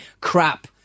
crap